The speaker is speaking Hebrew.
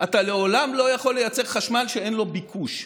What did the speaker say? אתה לעולם לא יכול לייצר חשמל שאין לו ביקוש,